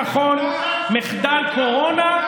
תרדמת, מחדל ביטחון, מחדל קורונה,